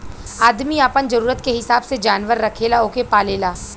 आदमी आपन जरूरत के हिसाब से जानवर रखेला ओके पालेला